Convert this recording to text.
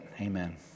Amen